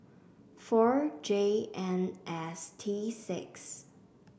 four J N S T six